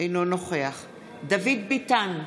אינו נוכח דוד ביטן,